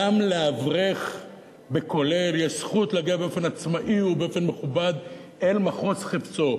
וגם לאברך בכולל יש זכות להגיע באופן עצמאי ובאופן מכובד אל מחוז חפצו.